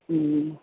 ഉം